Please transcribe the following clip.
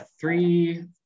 three